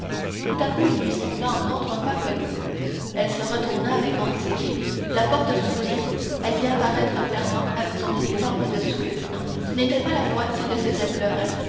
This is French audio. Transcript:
tout à coup il lui sembla entendre un pas connu elle se retourna avec anxiété la porte s'ouvrit elle vit apparaître fernand avec son uniforme de sous-lieutenant ce n'était pas la moitié de ce qu'elle pleurait